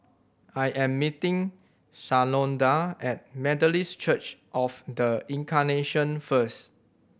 I am meeting Shalonda at Methodist Church Of The Incarnation first